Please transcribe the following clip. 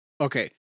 Okay